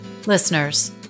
Listeners